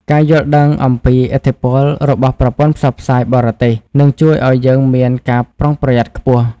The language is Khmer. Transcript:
ការយល់ដឹងអំពីឥទ្ធិពលរបស់ប្រព័ន្ធផ្សព្វផ្សាយបរទេសនឹងជួយឲ្យយើងមានការប្រុងប្រយ័ត្នខ្ពស់។